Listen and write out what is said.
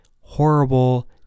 horrible